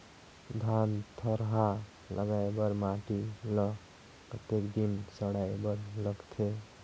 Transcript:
धान थरहा लगाय बर माटी ल कतेक दिन सड़ाय बर लगथे?